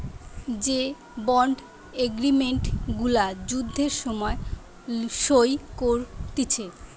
যে bond agreement গুলা যুদ্ধের সময় সই করতিছে